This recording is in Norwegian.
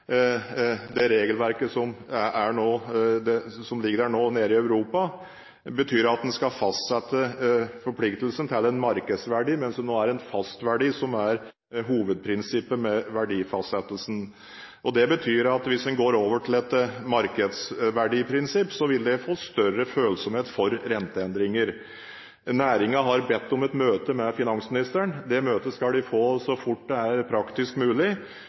Det regelverket som nå nede i Europa betyr at en skal fastsette forpliktelsen til en markedsverdi, mens det nå er en fastverdi som er hovedprinsippet med verdifastsettelsen. Det betyr at hvis en går over til et markedsverdiprinsipp, vil det få større følsomhet for renteendringer. Næringen har bedt om et møte med finansministeren. Det møtet skal de få så fort det er praktisk mulig,